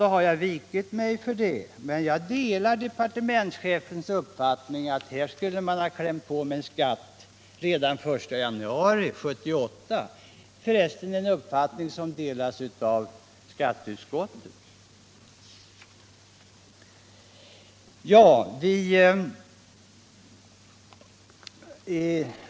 Då har jag vikit mig, men jag delar departementschefens uppfattning att vi borde ha infört en skatt redan den 1 januari 1978 — en uppfattning som för resten delas av skatteutskottet.